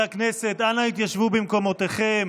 חברי הכנסת, אנא התיישבו במקומותיכם.